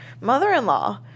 mother-in-law